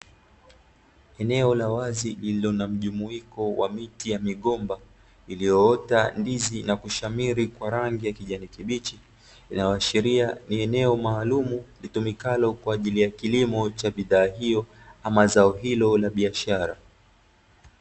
Eneo la wazi lililo na mjumuiko wa miti ya migomba lililoota ndizi na kushamiri kwa rangi ya kijani kibichi, linaloashiria ni eneo maalumu litumikalo kwaajili ya kilimo cha bidhaa hiyo ama zao hilo la biashara.